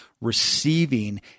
receiving